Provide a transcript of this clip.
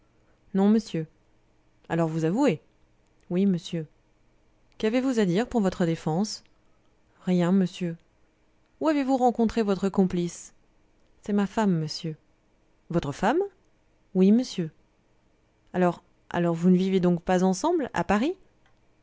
non monsieur alors vous avouez oui monsieur qu'avez-vous à dire pour votre défense rien monsieur où avez-vous rencontré votre complice c'est ma femme monsieur votre femme oui monsieur alors alors vous ne vivez donc pas ensemble à paris